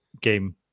game